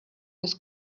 his